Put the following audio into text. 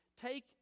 Take